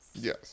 Yes